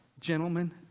Gentlemen